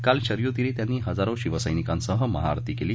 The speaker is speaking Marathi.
काल शरयूतीरी त्यांनी हजारो शिवसैनिकांसह महाआरती केली